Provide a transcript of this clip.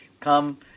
come